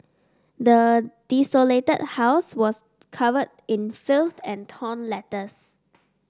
the desolated house was covered in filth and torn letters